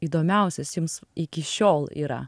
įdomiausias jums iki šiol yra